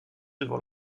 devant